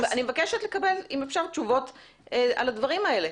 אני מבקשת לקבל, אם אפשר, תשובות על הדברים האלה.